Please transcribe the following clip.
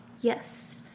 Yes